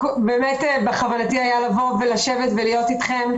בכוונתי היה לבוא ולשבת ולהיות אתכם,